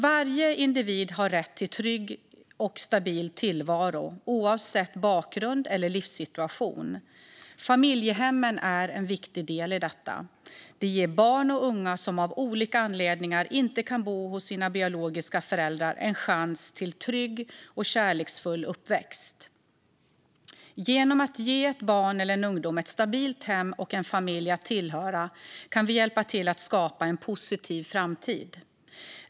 Varje individ har rätt till en trygg och stabil tillvaro, oavsett bakgrund eller livssituation. Familjehemmen är en viktig del i detta. De ger barn och unga som av olika anledningar inte kan bo hos sina biologiska föräldrar en chans till en trygg och kärleksfull uppväxt. Genom att ge ett barn eller en ungdom ett stabilt hem och en familj att tillhöra kan vi hjälpa till att skapa en positiv framtid.